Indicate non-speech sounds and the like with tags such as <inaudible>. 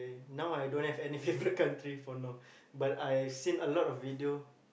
now I don't have any favourite <laughs> country for now but I've seen a lot of video